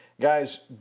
Guys